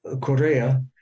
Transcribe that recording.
Korea